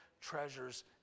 treasures